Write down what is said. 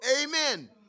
Amen